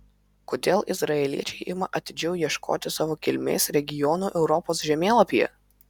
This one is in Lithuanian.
kodėl izraeliečiai ima atidžiau ieškoti savo kilmės regionų europos žemėlapyje